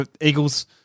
Eagles